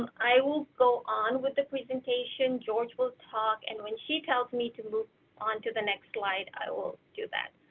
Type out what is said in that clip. i will go on with the presentation. george will talk and when she tells me to move on to the next slide, i will do that.